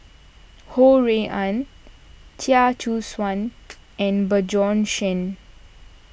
Ho Rui An Chia Choo Suan and Bjorn Shen